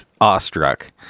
awestruck